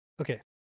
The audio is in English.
Okay